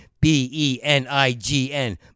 B-E-N-I-G-N